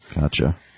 Gotcha